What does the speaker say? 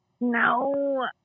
no